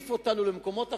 מניף אותנו למקומות אחרים,